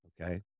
okay